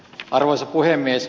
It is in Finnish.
arvoisa puhemies